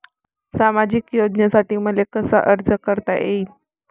सामाजिक योजनेसाठी मले कसा अर्ज करता येईन?